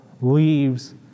leaves